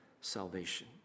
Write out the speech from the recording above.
salvation